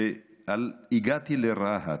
שהגעתי לרהט,